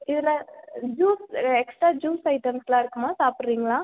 இதில் juice extra juice ஐட்டம்ஸ்லாம் இருக்கு மேம் சாப்பிட்ரீங்களா